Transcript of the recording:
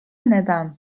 neden